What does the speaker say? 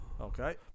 Okay